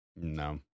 No